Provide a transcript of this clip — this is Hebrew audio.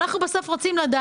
בבקשה.